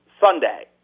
Sunday